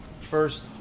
First